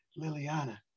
Liliana